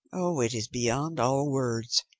oh, it is beyond all words!